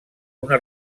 una